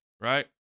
right